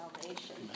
salvation